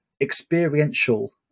experiential